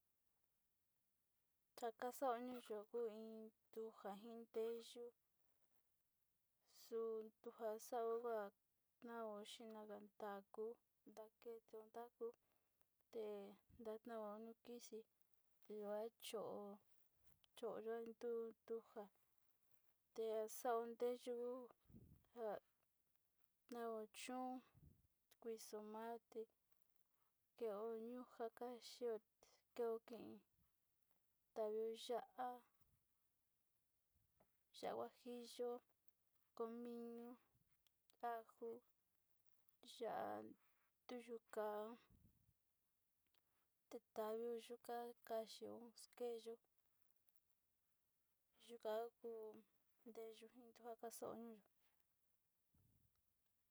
Xakaxao nuu yuko iin teyo tuu xakaxao hua nao xhina ndatatu, takeo takuu te'e ndano nuu kixhi kuini cho'o no choku tuja nexao teyuu na'a ko chon kuixoma'a te keo nuu xaka xhioti keoti tavio xa'a, ya'a huajillo, comino, ajo, ya'á tuyu ka'a tatavio yuu kaxi keyo yuu ka kuu, ndeyu kuakaxau nuu.